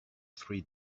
three